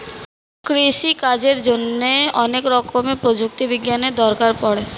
কৃষিকাজের জন্যে অনেক রকমের প্রযুক্তি বিজ্ঞানের দরকার পড়ে